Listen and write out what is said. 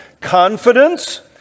Confidence